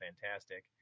fantastic